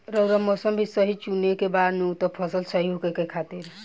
रऊआ मौसम भी सही चुने के बा नु फसल सही होखे खातिर